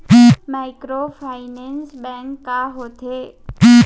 Microfinance bank का होथे?